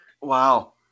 wow